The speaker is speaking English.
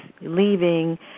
leaving